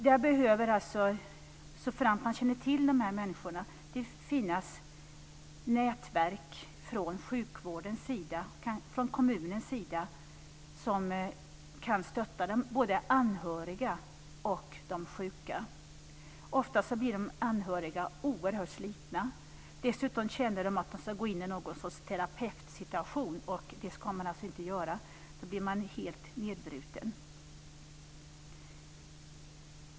Där man känner till dessa borde det byggas upp nätverk från kommunens sida för att stötta både de anhöriga och de sjuka. Ofta blir de anhöriga oerhört slitna. Dessutom känner de att de ska gå in i ett slags terapeutsituation, och det ska de naturligtvis inte göra. Då blir de helt nedbrutna.